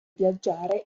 viaggiare